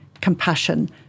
compassion